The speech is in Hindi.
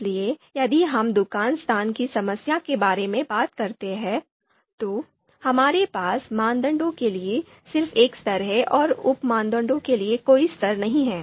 इसलिए यदि हम दुकान स्थान की समस्या के बारे में बात करते हैं तो हमारे पास मानदंडों के लिए सिर्फ एक स्तर है और उप मानदंडों के लिए कोई स्तर नहीं है